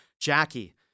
Jackie